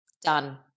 Done